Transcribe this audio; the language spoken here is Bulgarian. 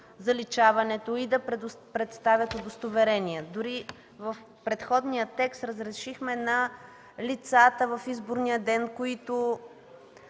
заличаването и да представят удостоверения. Дори в предходния текст разрешихме на лицата, които